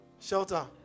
shelter